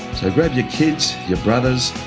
so grab your kids, your brothers,